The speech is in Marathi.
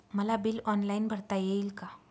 मला बिल ऑनलाईन भरता येईल का?